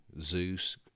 zeus